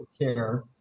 care